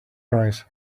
price